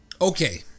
Okay